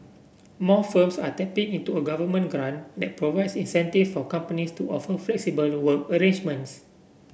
more firms are tapping into a government grant that provides incentive for companies to offer flexible work arrangements